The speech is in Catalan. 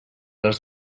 les